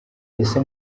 ese